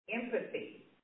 empathy